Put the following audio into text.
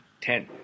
Ten